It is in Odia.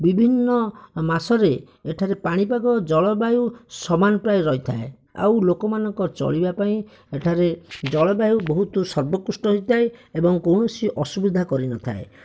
ବିଭିନ୍ନ ମାସରେ ଏଠାରେ ପାଣିପାଗ ଜଳବାୟୁ ସମାନ ପ୍ରାୟ ରହିଥାଏ ଆଉ ଲୋକମାନଙ୍କ ଚଳିବା ପାଇଁ ଏଠାରେ ଜଳବାୟୁ ବହୁତ୍ ସବକୃଷ୍ଟ ହୋଇଥାଏ ଏବଂ କୌଣସି ସୁବିଧା କରିନଥାଏ